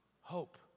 hope